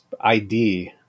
ID